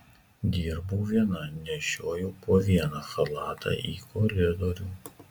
dirbau viena nešiojau po vieną chalatą į koridorių